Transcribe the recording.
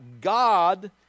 God